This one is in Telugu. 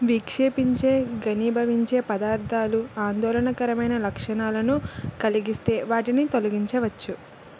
విక్షేపించే ఘనీభవించే పదార్థాలు ఆందోళనకరమైన లక్షణాలను కలిగిస్తే వాటిని తొలగించవచ్చు